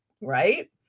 right